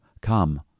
come